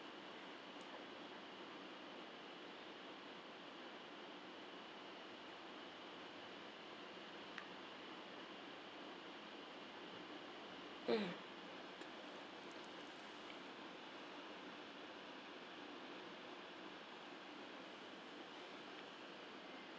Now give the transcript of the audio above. mm